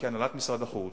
כהנהלת משרד החוץ,